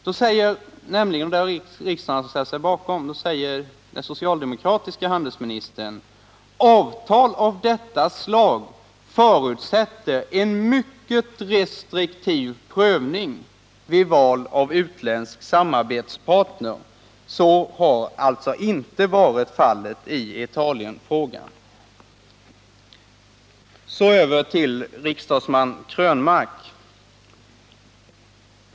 Där sade den socialdemokratiske handelsministern, vilket riksdagen ställde sig bakom: ”Avtal av detta slag förutsätter en mycket restriktiv prövning vid val av samarbetspartner.” Sådan prövning har alltså inte skett i Italienfrågan. Så över till riksdagsman Krönmark.